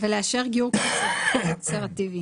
אבל אתה נןתן נקודות זיכוי שאינן ברות שימוש.